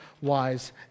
wise